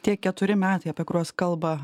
tie keturi metai apie kuriuos kalba